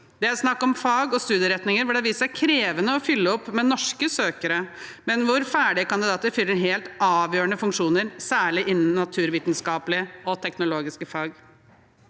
Det er snakk om fag og studieretninger hvor det har vist seg krevende å fylle opp med norske søkere, men hvor ferdige kandidater fyller helt avgjørende funksjoner, særlig innen naturvitenskapelige og teknologiske fag.